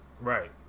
right